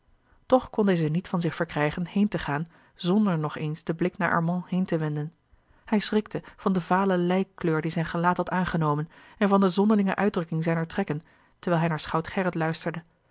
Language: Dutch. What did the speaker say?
toch kon deze niet van zich verkrijgen heen te gaan zonder nog eens den blik naar armand heen te wenden hij schrikte van de vale lijkkleur die zijn gelaat had aangenomen en van de zonderlinge uitdrukking zijner trekken terwijl hij naar schout gerrit luisterde